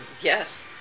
Yes